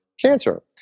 cancer